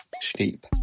sleep